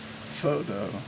photo